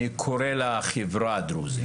אני קורא לה החברה הדרוזית,